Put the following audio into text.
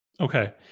Okay